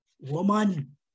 woman